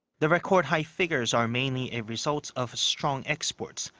the record-high figures are mainly a result of strong exports,